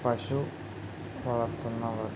പശു വളർത്തുന്നവർ